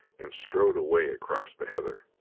and strode away across the heather.